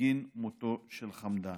בגין מותו של חמדאן.